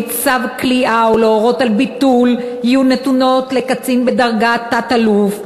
צו כליאה או להורות על ביטול יהיו נתונות לקצין בדרגת תת-אלוף,